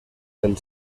del